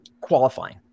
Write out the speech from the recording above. qualifying